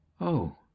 Oh